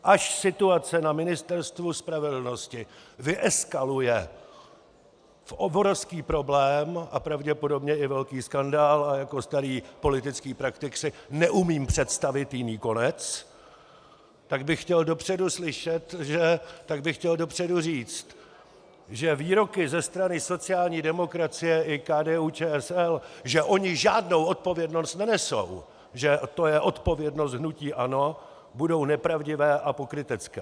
Až situace na Ministerstvu spravedlnosti vyeskaluje v obrovský problém a pravděpodobně velký skandál a jako starý politický praktik si neumím představit jiný konec, tak bych chtěl dopředu slyšet, že tak bych chtěl dopředu říct, že výroky ze strany sociální demokracie i KDUČSL, že oni žádnou odpovědnost nenesou, že to je odpovědnost hnutí ANO, budou nepravdivé a pokrytecké.